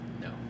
No